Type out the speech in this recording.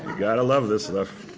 got to love this stuff.